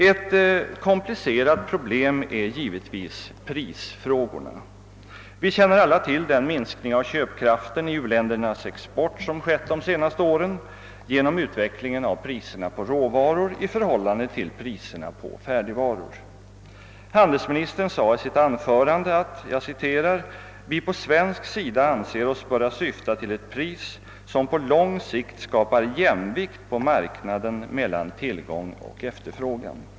Ett komplicerat problem är givetvis prisfrågorna. Vi känner alla till den minskning av köpkraften i u-ländernas export, som skett under de senaste åren genom utvecklingen av priserna på råvaror i förhållande till priserna på färdigvaror. Handelsministern sade i sitt anförande ungefär så här: Vi anser oss på svensk sida böra syfta till ett pris som på lång sikt skapar jämvikt på marknaden mellan tillgång och efterfrågan.